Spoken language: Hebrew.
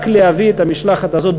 רק להביא את המשלחת הזו,